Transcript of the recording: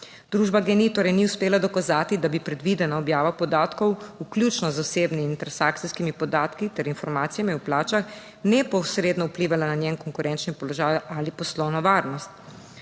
Družba GEN-I torej ni uspela dokazati, da bi predvidena objava podatkov, vključno z osebnimi in transakcijskimi podatki ter informacijami o plačah, neposredno vplivala na njen konkurenčni položaj ali poslovno varnost.